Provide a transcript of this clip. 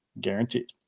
guaranteed